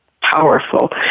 powerful